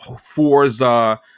Forza